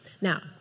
Now